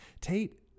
Tate